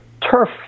turf